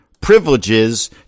privileges